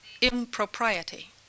impropriety